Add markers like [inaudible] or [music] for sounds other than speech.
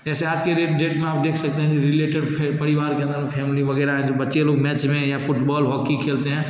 जैसे आज के डेट डेट में आप देख सकते हैं कि रीलेटेड [unintelligible] फे परिवार के अन्दर फ़ैमली वगैरह हैं जो बच्चे लोग मैच में या फ़ुटबॉल हॉकी खेलते हैं